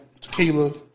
tequila